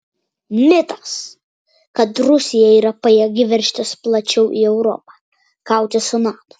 mitas kad rusija yra pajėgi veržtis plačiau į europą kautis su nato